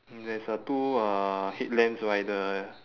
there is a two uh headlamps rider ya